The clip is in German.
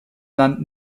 land